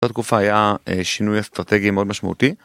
זאת תקופה היה שינוי אסטרטגי מאוד משמעותי